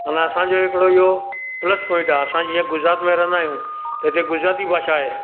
माना असांजो हिकिड़ो इहो प्लस पॉइंट आहे असां जीअं गुजरात में रहंदा आहियूं हिते गुजराती भाषा आहे